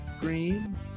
green